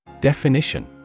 Definition